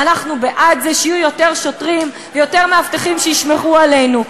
ואנחנו בעד זה שיהיו יותר שוטרים ויותר מאבטחים שישמרו עלינו.